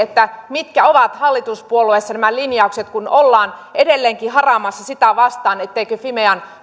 mitkä ovat hallituspuolueessa nämä linjaukset kun ollaan edelleenkin haraamassa sitä vastaan etteikö fimean